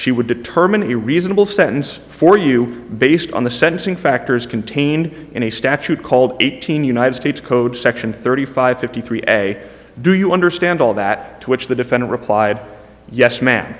she would determine a reasonable sentence for you based on the sentencing factors contained in a statute called eighteen united states code section thirty five fifty three a do you understand all that to which the defender replied yes ma'am